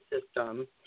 system